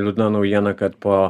liūdna naujiena kad po